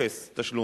אפס תשלום.